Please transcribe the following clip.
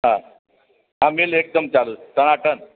હા હા મિલ એકદમ ચાલુ છે ટનાટન